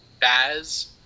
Baz